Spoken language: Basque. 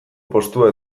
postua